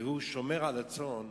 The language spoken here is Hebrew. והוא שומר על הצאן,